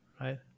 right